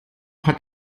hat